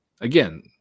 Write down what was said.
again